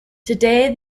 today